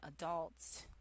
adults